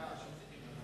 ההצעה להעביר את